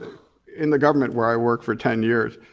in the government where i worked for ten years,